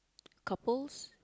couples